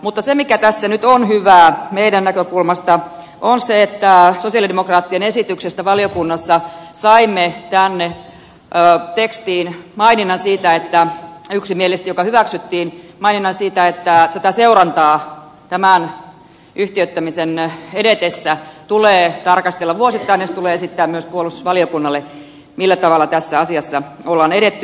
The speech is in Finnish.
mutta se mikä tässä nyt on hyvää meidän näkökulmastamme on se että sosialidemokraattien esityksestä valiokunnassa saimme tänne tekstiin maininnan siitä joka yksimielisesti hyväksyttiin että tätä seurantaa tämän yhtiöittämisen edetessä tulee tarkastella vuosittain ja se tulee esittää myös puolustusvaliokunnalle millä tavalla tässä asiassa on edetty